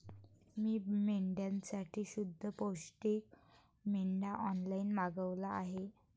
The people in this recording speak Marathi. मी मेंढ्यांसाठी शुद्ध पौष्टिक पेंढा ऑनलाईन मागवला आहे